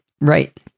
Right